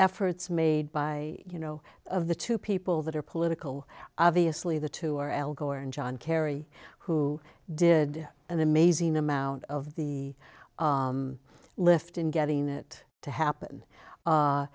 efforts made by you know of the two people that are political obviously the two are al gore and john kerry who did an amazing amount of the lift in getting it to happen